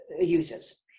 users